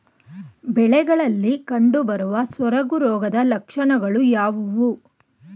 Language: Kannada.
ಬೆಳೆಗಳಲ್ಲಿ ಕಂಡುಬರುವ ಸೊರಗು ರೋಗದ ಲಕ್ಷಣಗಳು ಯಾವುವು?